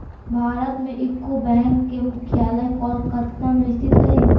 भारत में UCO bank के मुख्यालय कोलकाता में स्थित हइ